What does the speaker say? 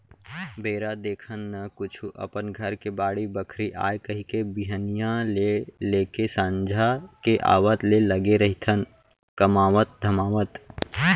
बेरा देखन न कुछु अपन घर के बाड़ी बखरी आय कहिके बिहनिया ले लेके संझा के आवत ले लगे रहिथन कमावत धमावत